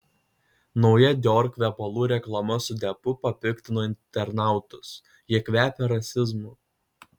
nauja dior kvepalų reklama su deppu papiktino internautus jie kvepia rasizmu